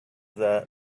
that